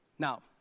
Now